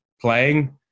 playing